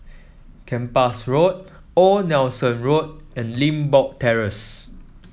Kempas Road Old Nelson Road and Limbok Terrace